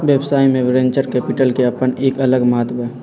व्यवसाय में venture capital के अपन एक अलग महत्व हई